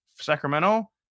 Sacramento